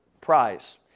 Prize